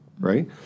right